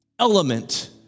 Element